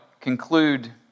conclude